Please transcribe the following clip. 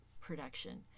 production